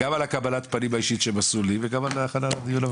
גם על קבלת הפנים האישית שהם עשו לי וגם על ההכנה של הדיון,